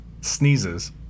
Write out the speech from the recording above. Sneezes